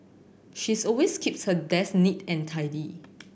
she's always keeps her desk neat and tidy